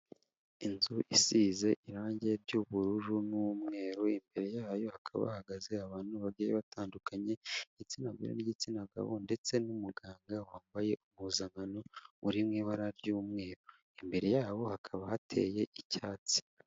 Inzu isize irangi ry'ubururu n'umweru, imbere yayo hakaba hahagaze abantu bagiye batandukanye, igitsina gore n'igitsina gabo ndetse n'umuganga wambaye impuzankano uri mu ibara ry'umweru, imbere yabo hakaba hateye icyatsi.